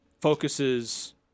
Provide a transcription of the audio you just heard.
focuses